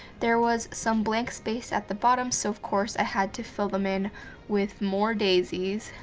there was some blank space at the bottom so, of course, i had to fill them in with more daises.